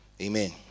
Amen